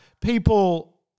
people